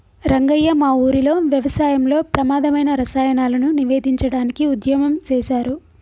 రంగయ్య మా ఊరిలో వ్యవసాయంలో ప్రమాధమైన రసాయనాలను నివేదించడానికి ఉద్యమం సేసారు